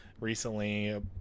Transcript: recently